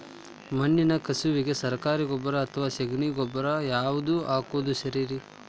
ಮಣ್ಣಿನ ಕಸುವಿಗೆ ಸರಕಾರಿ ಗೊಬ್ಬರ ಅಥವಾ ಸಗಣಿ ಗೊಬ್ಬರ ಯಾವ್ದು ಹಾಕೋದು ಸರೇರಿ?